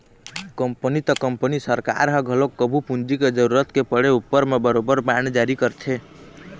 company त company सरकार ह घलोक कभू पूंजी के जरुरत के पड़े उपर म बरोबर बांड जारी करथे